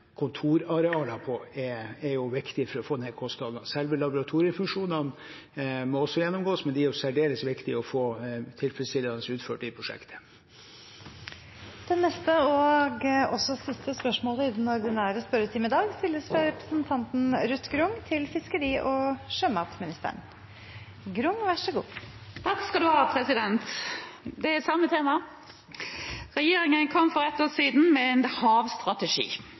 kontorarealer på er viktig for å få ned kostnadene. Selve laboratoriefunksjonene må også gjennomgås, men de er særdeles viktige å få tilfredsstillende utført i prosjektet. Det er samme tema. «Regjeringen kom for ett år siden med en havstrategi, Blå muligheter, som beskrev tydelig at havet også i fremtiden vil være Norges viktigste kilde til arbeidsplasser, verdiskaping og